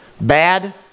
bad